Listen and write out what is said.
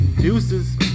deuces